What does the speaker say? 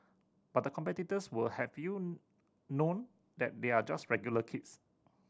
but the competitors will have you know that they are just regular kids